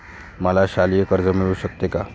मला शालेय कर्ज मिळू शकते का?